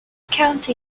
county